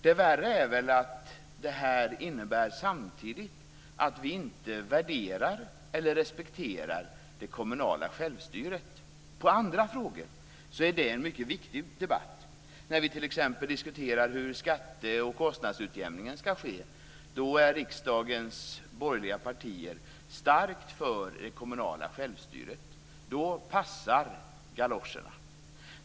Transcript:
Det som är värre är att detta samtidigt innebär att vi inte värderar eller respekterar det kommunala självstyret. I andra frågor är det en mycket viktig debatt. När vi t.ex. diskuterar hur skatte och kostnadsutjämningen skall ske är riksdagens borgerliga partier starkt för det kommunala självstyret. Då passar galoscherna.